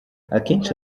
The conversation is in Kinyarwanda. akenshi